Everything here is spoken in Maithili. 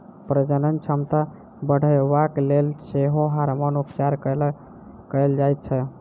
प्रजनन क्षमता बढ़यबाक लेल सेहो हार्मोन उपचार कयल जाइत छै